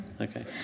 okay